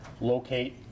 locate